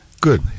good